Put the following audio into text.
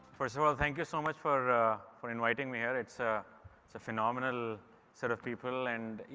first of all, thank you so much for for inviting me here. it's ah it's phenomenal set of people and you